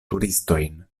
turistojn